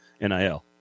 NIL